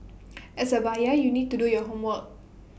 as A buyer you need to do your homework